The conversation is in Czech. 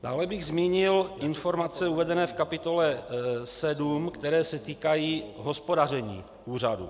Dále bych zmínil informace uvedené v kapitole 7, které se týkají hospodaření úřadu.